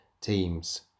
teams